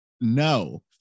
No